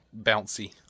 bouncy